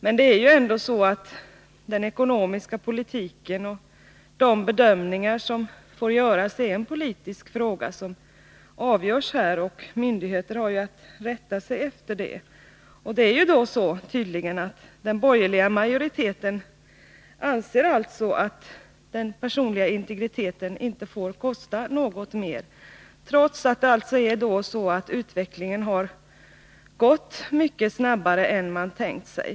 Men den ekonomiska politiken och de bedömningar som får göras är ju någonting som avgörs här, och myndigheterna har att rätta sig efter det. Den borgerliga majoriteten anser tydligen att den personliga integriteten inte får kosta mer, trots att utvecklingen har gått mycket snabbare än man tänkt sig.